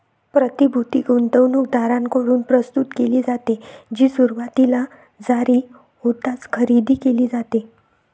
प्रतिभूती गुंतवणूकदारांकडून प्रस्तुत केली जाते, जी सुरुवातीला जारी होताच खरेदी केली जाते